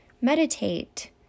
meditate